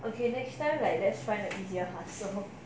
okay next time like let's find a easier hustle